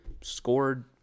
scored